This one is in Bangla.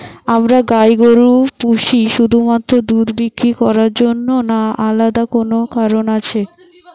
আমরা গাই গরু পুষি শুধুমাত্র দুধ বিক্রি করার জন্য না আলাদা কোনো কারণ আছে?